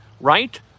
Right